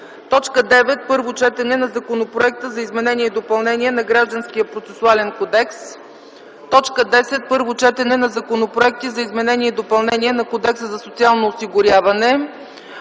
9. Първо четене на Законопроекта за изменение и допълнение на Гражданския процесуален кодекс. 10. Първо четене на законопроекти за изменение и допълнение на Кодекса за социално осигуряване.